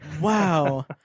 Wow